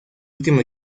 último